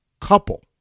couple